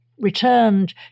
returned